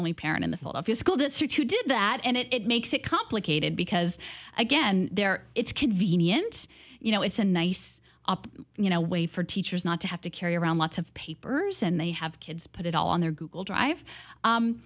only parent in the fall of the school district who did that and it makes it complicated because again there it's convenient you know it's a nice up you know way for teachers not to have to carry around lots of papers and they have kids put it all on their google drive